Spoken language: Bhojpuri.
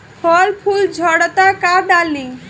फल फूल झड़ता का डाली?